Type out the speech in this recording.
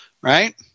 Right